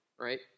right